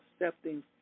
accepting